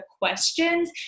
questions